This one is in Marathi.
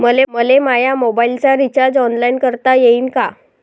मले माया मोबाईलचा रिचार्ज ऑनलाईन करता येईन का?